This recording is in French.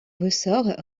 ressort